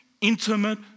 intimate